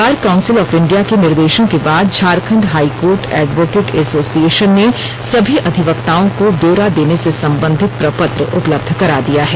bar council of India के निर्देशों के बाद झारखंड हाईकोर्ट एडवोकेट एसोसिएशन ने सभी अधिवक्ताओं को ब्योरा देने से संबधित प्रपत्र उपलब्ध करा दिया है